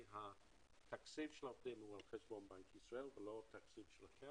כי תקציב העובדים הוא על חשבון בנק ישראל ולא של הקרן.